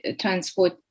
transport